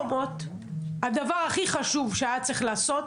ב"שומר חומות", הדבר הכי חשוב שהיה צריך לעשות,